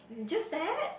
just that